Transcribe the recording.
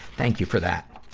thank you for that.